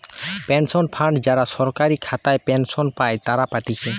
pension fund যারা সরকারি খাতায় পেনশন পাই তারা পাতিছে